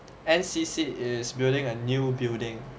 N_C_C is building a new building